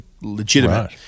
legitimate